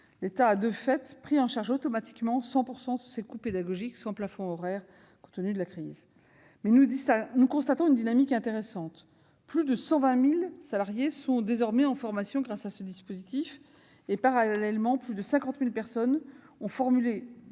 L'État a, de fait, pris en charge automatiquement 100 % des coûts pédagogiques, sans plafond horaire, compte tenu de la crise. Nous constatons une dynamique intéressante : plus de 120 000 salariés sont désormais en formation grâce à ce dispositif. Parallèlement, plus de 50 000 personnes ont formulé